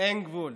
אין גבול.